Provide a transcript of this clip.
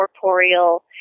corporeal